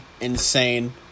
insane